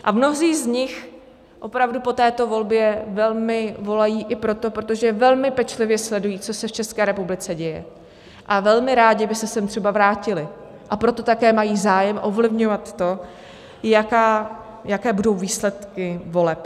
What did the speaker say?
A mnozí z nich opravdu po této volbě velmi volají i proto, protože velmi pečlivě sledují, co se v České republice děje, a velmi rádi by se sem třeba vrátili, a proto také mají zájem ovlivňovat to, jaké budou výsledky voleb.